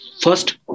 first